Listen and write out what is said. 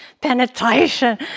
penetration